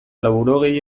laurogei